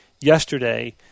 yesterday